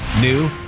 new